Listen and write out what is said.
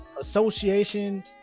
association